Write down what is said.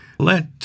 Let